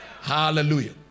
Hallelujah